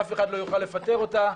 אף אחד לא יוכל לפטר אותה,